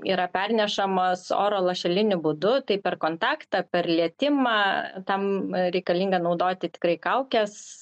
yra pernešamas oro lašeliniu būdu tai per kontaktą per lietimą tam reikalinga naudoti tikrai kaukes